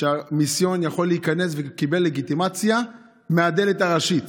שהמיסיון קיבל לגיטימציה ויכול להיכנס מהדלת הראשית.